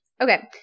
okay